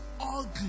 ugly